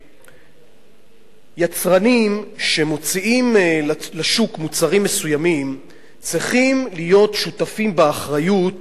שיצרנים שמוציאים לשוק מוצרים מסוימים צריכים להיות שותפים באחריות